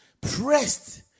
Pressed